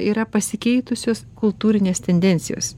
yra pasikeitusios kultūrinės tendencijos